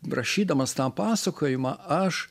rašydamas tą pasakojimą aš